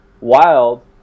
wild